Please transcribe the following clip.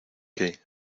que